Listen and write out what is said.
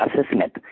assessment